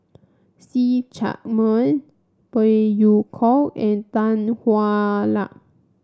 See Chak Mun Phey Yew Kok and Tan Hwa Luck